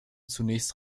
zunächst